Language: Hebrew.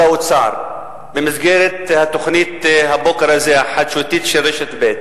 האוצר במסגרת התוכנית החדשותית של רשת ב',